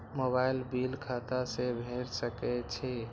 Mobile bill खाता से भेड़ सके छि?